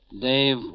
Dave